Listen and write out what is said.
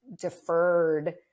deferred